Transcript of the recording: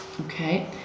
Okay